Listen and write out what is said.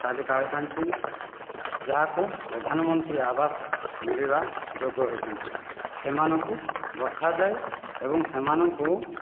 ତାଲିକା ହୋଇଥାନ୍ତି ଯାହାକୁ ପ୍ରଧାନମନ୍ତ୍ରୀ ଆବାସ ମିଳିବା ଯୋଗ ହୋଇଥାନ୍ତି ସେମାନଙ୍କୁ ବଛା ଯାଏ ଏବଂ ସେମାନଙ୍କୁ